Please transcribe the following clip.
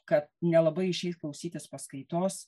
kad nelabai išeis klausytis paskaitos